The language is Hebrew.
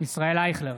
ישראל אייכלר,